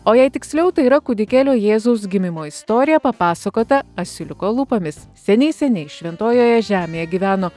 o jei tiksliau tai yra kūdikėlio jėzaus gimimo istorija papasakota asiliuko lūpomis seniai seniai šventojoje žemėje gyveno